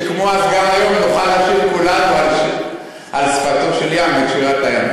שכמו אז גם היום נוכל לשיר כולנו על שפתו של ים את שירת הים.